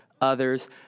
others